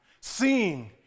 seeing